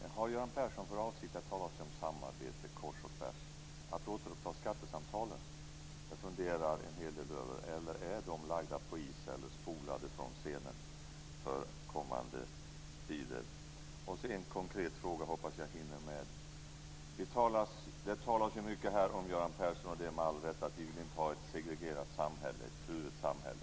Här talas om samarbete kors och tvärs. Har Göran Persson för avsikt att återuppta skattesamtalen? Jag funderar en hel del över det. Är de lagda på is eller spolade från scenen för kommande tider? Jag har ytterligare en konkret fråga. Jag hoppas att jag hinner med den. Göran Persson talar med all rätt mycket om att vi inte vill ha ett segregerat eller kluvet samhälle.